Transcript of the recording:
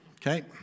Okay